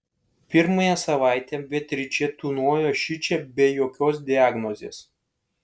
pirmąją savaitę beatričė tūnojo šičia be jokios diagnozės